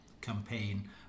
campaign